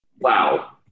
wow